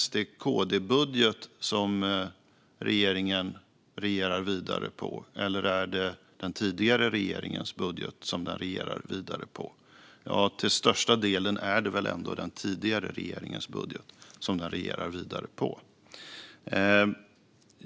Är det då en M-SD-KD-budget eller den tidigare regeringens budget som regeringen regerar vidare på? Till största delen är det väl ändå den tidigare regeringens budget som man regerar vidare på.